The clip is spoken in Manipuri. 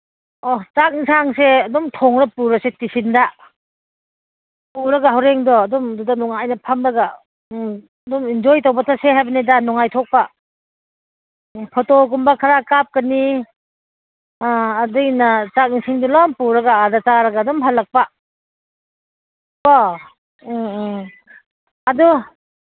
ꯑꯣ ꯆꯥꯛ ꯑꯦꯟꯁꯥꯡꯁꯦ ꯑꯗꯨꯝ ꯊꯣꯡꯂ ꯄꯨꯔꯁꯦ ꯇꯤꯐꯤꯟꯗ ꯄꯨꯔꯒ ꯍꯣꯔꯦꯟꯗꯣ ꯑꯗꯨꯝ ꯑꯗꯨꯗ ꯅꯨꯡꯉꯥꯏꯅ ꯐꯝꯃꯒ ꯎꯝ ꯑꯗꯨꯝ ꯏꯟꯖꯣꯏ ꯇꯧꯕ ꯆꯠꯁꯦ ꯍꯥꯏꯕꯅꯤꯗ ꯅꯨꯡꯉꯥꯏꯊꯣꯛꯄ ꯎꯝ ꯐꯣꯇꯣꯒꯨꯝꯕ ꯈꯔ ꯀꯥꯞꯀꯅꯤ ꯑꯥ ꯑꯗꯨꯏꯅ ꯆꯥꯛ ꯏꯁꯤꯡꯁꯨ ꯂꯣꯏꯅ ꯄꯨꯔꯒ ꯑꯥꯗ ꯆꯥꯔꯒ ꯑꯗꯨꯝ ꯍꯜꯂꯛꯄ ꯀꯣ ꯎꯝ ꯎꯝ ꯑꯗꯨ